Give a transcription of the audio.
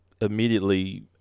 immediately